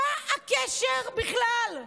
מה הקשר בכלל?